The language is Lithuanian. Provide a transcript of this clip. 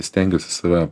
stengiuosi save